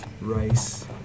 rice